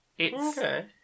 Okay